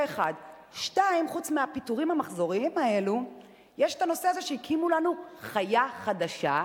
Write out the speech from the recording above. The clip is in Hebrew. חוץ מהפיטורים המחזוריים האלו יש הנושא הזה שהקימו לנו חיה חדשה,